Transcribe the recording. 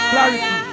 Clarity